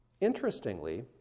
Interestingly